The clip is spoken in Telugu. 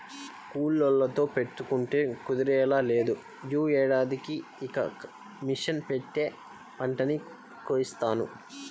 కూలోళ్ళతో పెట్టుకుంటే కుదిరేలా లేదు, యీ ఏడాదికి ఇక మిషన్ పెట్టే పంటని కోయిత్తాను